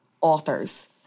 authors